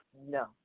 no